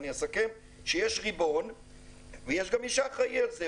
שיש ריבון ויש מי שאחראי על זה,